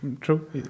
True